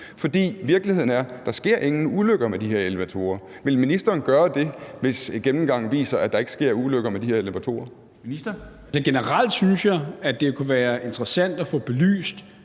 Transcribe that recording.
for virkeligheden er, at der sker ingen ulykker med de her elevatorer. Vil ministeren gøre det, hvis gennemgangen viser, at der ikke sker ulykker med de her elevatorer? Kl. 13:06 Formanden (Henrik Dam